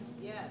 Yes